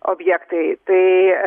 objektai tai